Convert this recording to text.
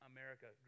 America